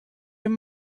your